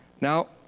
Now